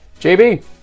JB